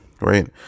right